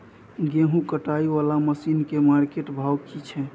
गेहूं कटाई वाला मसीन के मार्केट भाव की छै?